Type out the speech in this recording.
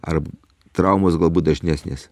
ar traumos galbūt dažnesnės